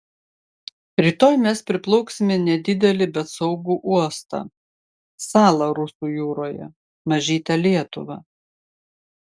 rytoj mes priplauksime nedidelį bet saugų uostą salą rusų jūroje mažytę lietuvą